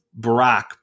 Barack